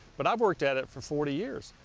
but i have worked at it for forty years.